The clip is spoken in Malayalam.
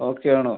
ഓക്കെ ആണൊ